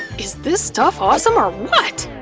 is this stuff awesome or what?